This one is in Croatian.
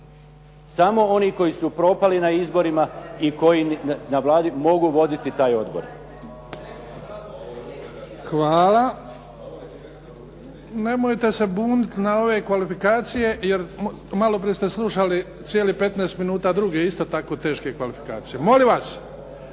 Samo oni koji su propali na izborima i na Vladi mogu voditi taj odbor. **Bebić, Luka (HDZ)** Hvala. Nemojte se buniti na ove kvalifikacije, jer maloprije ste slušali cijelih 15 minuta, druge isto tako teške kvalifikacije. Molim vas,